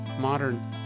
modern